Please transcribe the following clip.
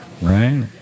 Right